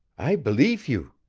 i beleef you.